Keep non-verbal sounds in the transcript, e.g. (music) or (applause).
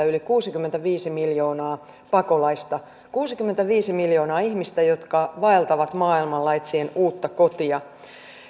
(unintelligible) yli kuusikymmentäviisi miljoonaa pakolaista kuusikymmentäviisi miljoonaa ihmistä jotka vaeltavat maailmalla etsien uutta kotia